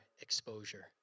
exposure